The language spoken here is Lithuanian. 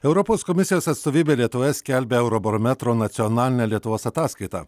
europos komisijos atstovybė lietuvoje skelbia eurobarometro nacionalinę lietuvos ataskaitą